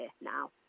now